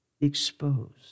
exposed